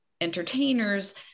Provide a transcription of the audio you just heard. entertainers